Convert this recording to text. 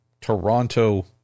Toronto